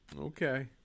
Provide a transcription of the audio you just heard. okay